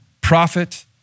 Prophet